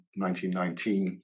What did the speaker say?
1919